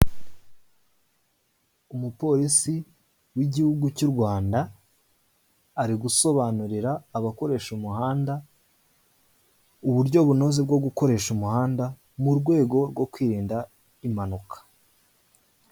Umupolisi w'igihungu cy'u Rwanda, ari gusobanurira abakoresha umuhanda, uburyo bunoze bwo gukoresha umuhanda, mu rwego rwo kwirinda impanuka.